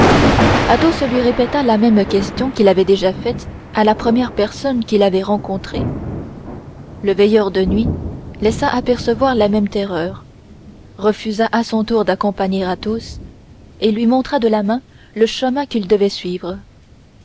athos lui répéta la même question qu'il avait déjà faite à la première personne qu'il avait rencontrée le veilleur de nuit laissa apercevoir la même terreur refusa à son tour d'accompagner athos et lui montra de la main le chemin qu'il devait suivre